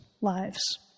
lives